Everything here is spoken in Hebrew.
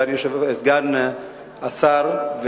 סגן השר,